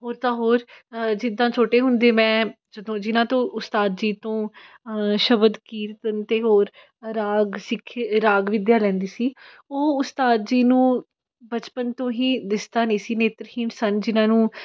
ਹੋਰ ਤਾਂ ਹੋਰ ਜਿੱਦਾਂ ਛੋਟੇ ਹੁੰਦੇ ਮੈਂ ਜਦੋਂ ਜਿਨ੍ਹਾਂ ਤੋਂ ਉਸਤਾਦ ਜੀ ਤੋਂ ਸ਼ਬਦ ਕੀਰਤਨ ਅਤੇ ਹੋਰ ਰਾਗ ਸਿੱਖ ਰਾਗ ਵਿੱਦਿਆ ਲੈਂਦੀ ਸੀ ਉਹ ਉਸਤਾਦ ਜੀ ਨੂੰ ਬਚਪਨ ਤੋਂ ਹੀ ਦਿਸਦਾ ਨਹੀਂ ਸੀ ਨੇਤਰਹੀਣ ਸਨ ਜਿਨਹਾਂ ਨੂੰ